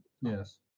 Yes